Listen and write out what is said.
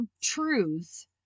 truths